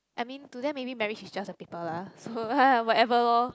I mean to them maybe marriage is just a paper lah so haha whatever lor